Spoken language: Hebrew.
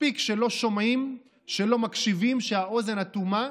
מספיק שלא שומעים, שלא מקשיבים, שהאוזן אטומה,